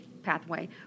pathway